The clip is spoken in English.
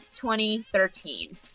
2013